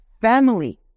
family